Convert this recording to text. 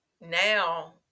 now